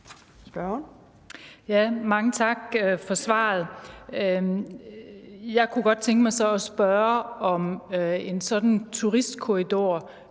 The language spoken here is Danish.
Mange tak for svaret. Jeg kunne så godt tænke mig at spørge, om en sådan turistkorridor